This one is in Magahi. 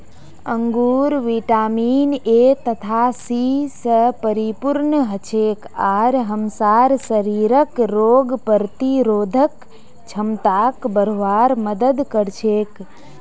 अंगूर विटामिन ए तथा सी स परिपूर्ण हछेक आर हमसार शरीरक रोग प्रतिरोधक क्षमताक बढ़वार मदद कर छेक